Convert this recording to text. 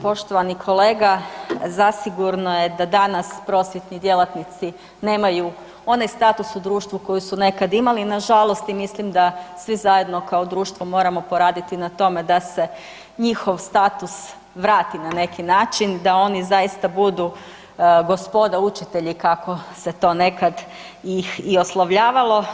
Poštovani kolega, zasigurno je da danas prosvjetni djelatnici nemaju onaj status u društvu koji su nekad imali, nažalost i mislim da svi zajedno kao društvo moramo poraditi na tome da se njihov status vrati na neki način, da oni zaista budu gospoda učitelji, kako se to nekad i oslovljavalo.